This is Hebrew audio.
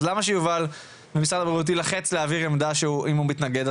אז למה שיובל ומשרד הבריאות יילחץ להעביר עמדה אם הוא מתנגד לה?